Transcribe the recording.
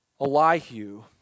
Elihu